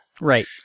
Right